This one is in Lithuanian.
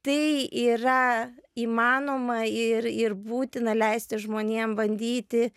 tai yra įmanoma ir ir būtina leisti žmonėm bandyti